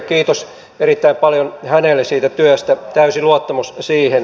kiitos erittäin paljon hänelle siitä työstä täysi luottamus siihen